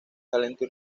talento